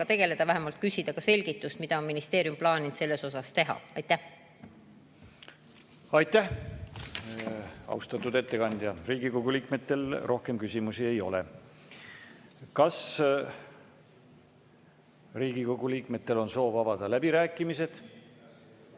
tegeleda, vähemalt küsida selgitust, mida on ministeerium plaaninud selles osas teha. Aitäh, austatud ettekandja! Riigikogu liikmetel rohkem küsimusi ei ole. Kas Riigikogu liikmetel on soov avada läbirääkimised?